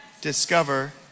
discover